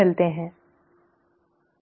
फिर मिलते हैं